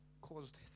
caused